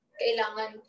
kailangan